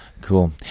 cool